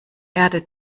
erde